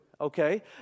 okay